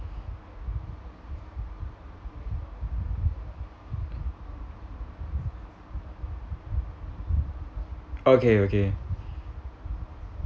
okay okay